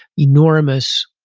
enormous,